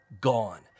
Gone